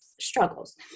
struggles